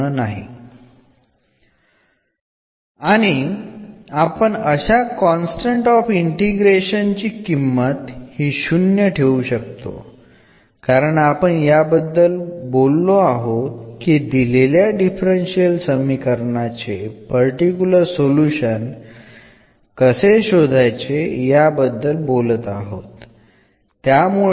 നമുക്ക് ഈ constant of integration 0 ആയി സജ്ജീകരിക്കാൻ കഴിയും കാരണം നമ്മൾ ഇവിടെ സംസാരിച്ചുകൊണ്ടിരിക്കുന്നത് അല്ലെങ്കിൽ ചർച്ച ചെയ്തുകൊണ്ടിരിക്കുന്നത് ഡിഫറൻഷ്യൽ സമവാക്യത്തിന്റെ ഒരു പർട്ടിക്കുലർ സൊല്യൂഷൻ എങ്ങനെ കണ്ടെത്താമെന്ന്ആണ്